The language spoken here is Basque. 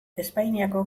espainiako